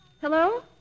Hello